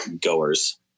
goers